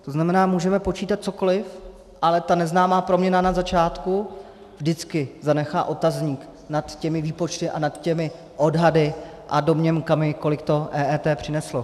To znamená, můžeme počítat cokoli, ale ta neznámá proměna na začátku vždycky zanechá otazník nad těmi výpočty a nad těmi odhady a domněnkami, kolik to EET přineslo.